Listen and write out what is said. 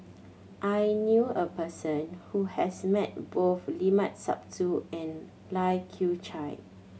I knew a person who has met both Limat Sabtu and Lai Kew Chai